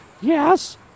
Yes